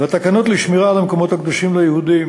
והתקנות לשמירה על המקומות הקדושים ליהודים,